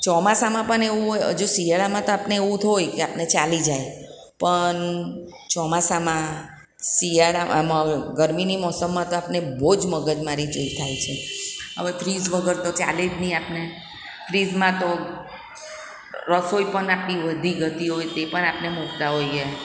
ચોમાસમાં પણ એવું હોય હજુ શિયાળામાં તો આપણે એવું તો હોય કે આપણે ચાલી જાય પણ ચોમાસામાં ગરમીની મોસમમાં તો આપણે બહુ જ મગજમારી જે થાય છે હવે ફ્રિજ વગર તો ચાલે જ નહીં આપણે ફ્રીજમાં તો રસોઈ પણ આપણી વધી ઘટી હોય તે પણ આપણે મૂકતાં હોઈએ